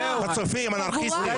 חצופים, אנרכיסטים.